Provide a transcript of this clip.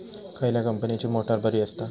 खयल्या कंपनीची मोटार बरी असता?